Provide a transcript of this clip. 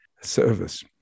service